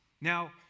Now